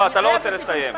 משפט אחרון.